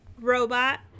robot